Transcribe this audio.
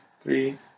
Three